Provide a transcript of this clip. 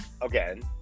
again